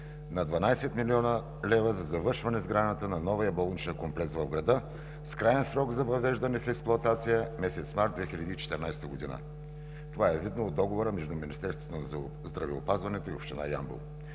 на 12 млн. лв. за завършване сградата на новия болничен комплекс в града с краен срок за въвеждане в експлоатация месец март 2014 г. Това е видно от Договора между Министерството на здравеопазването и община Ямбол.